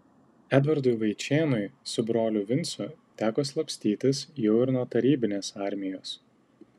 edvardui vaičėnui su broliu vincu teko slapstytis jau ir nuo tarybinės armijos